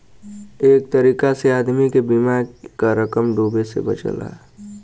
एक तरीका से आदमी के बीमा क रकम डूबे से बचला